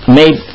made